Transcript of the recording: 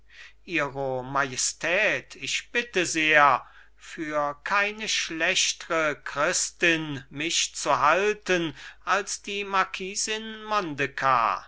ihre majestät ich bitte sehr für keine schlechtre christin mich zu halten als die marquisin